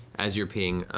as you're peeing,